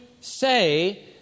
say